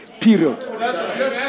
Period